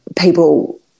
people